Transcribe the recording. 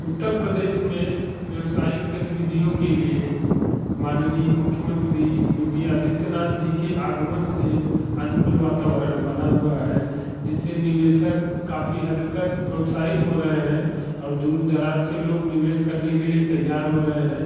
उत्तर प्रदेश में व्यवसायिक गतिविधियों के लिए माननीय मुख्यमंत्री योगी आदित्यनाथ जी के आगमन से अनुकूल वातावरण बना हुआ है जिससे निवेशक काफ़ी हद तक प्रोत्साहित हो रहे हैं और दूर दराज़ से लोग निवेश करने के लिए तैयार हो रहे हैं